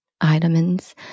items